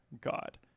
God